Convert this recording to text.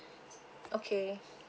okay